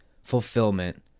fulfillment